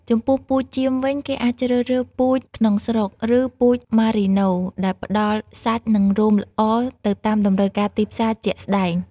ចំពោះពូជចៀមវិញ គេអាចជ្រើសរើសពូជក្នុងស្រុក ឬពូជម៉ារីណូ ដែលផ្តល់សាច់និងរោមល្អទៅតាមតម្រូវការទីផ្សារជាក់ស្តែង។